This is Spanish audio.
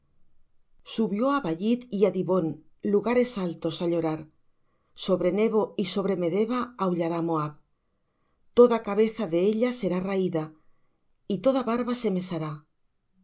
subió á bayith y á dibón lugares altos á llorar sobre nebo y sobre medeba aullará moab toda cabeza de ella será raída y toda barba se mesará